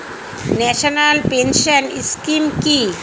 National pension scheme কি?